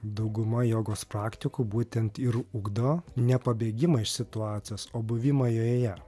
dauguma jogos praktikų būtent ir ugdo ne pabėgimą iš situacijos o buvimą joje